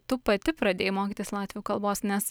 tu pati pradėjai mokytis latvių kalbos nes